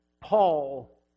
Paul